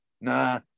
nah